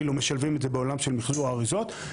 כאילו, משלבים את זה בעולם של מחזור אריזות.